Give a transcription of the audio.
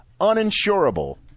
uninsurable